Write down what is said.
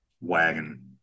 Wagon